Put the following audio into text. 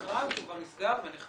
המכרז, הוא כבר נסגר ונחתם